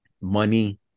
money